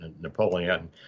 Napoleon